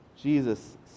Jesus